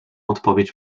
odpowiedź